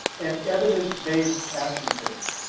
and evidence-based action taking.